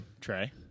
Trey